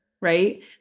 right